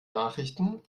nachrichten